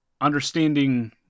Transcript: understanding